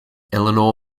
eleanor